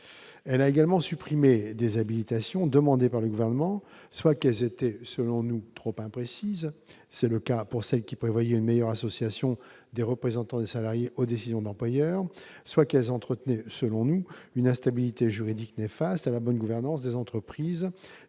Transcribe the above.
Elle a également supprimé des habilitations demandées par le Gouvernement. Elles étaient, selon nous, trop imprécises- c'est le cas de celle qui prévoyait une meilleure association des représentants des salariés aux décisions de l'employeur -ou semblaient entretenir une instabilité juridique néfaste à la bonne gouvernance des entreprises,